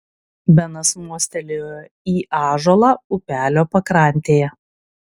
benas mostelėjo į ąžuolą upelio pakrantėje